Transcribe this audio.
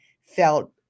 felt